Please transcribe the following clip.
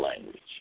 language